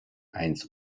eins